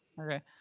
okay